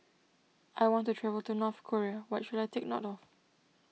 I want to travel to North Korea what should I take note of